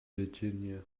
virginia